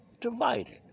divided